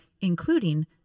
including